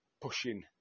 pushing